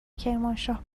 کرمانشاه